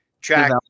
Track